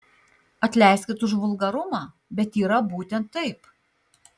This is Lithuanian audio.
atleiskit už vulgarumą bet yra būtent taip